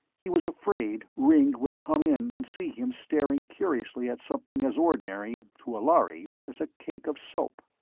he was afraid ringg would come in, and see him staring curiously at something as ordinary, to a lhari, as a cake of soap.